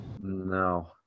No